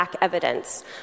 evidence